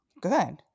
Good